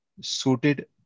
suited